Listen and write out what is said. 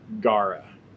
Gara